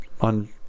on